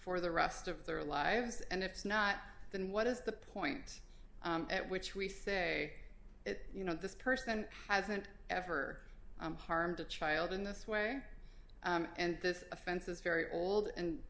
for the rest of their lives and if not then what is the point at which we say it you know this person hasn't ever harmed a child in this way and this offense is very old and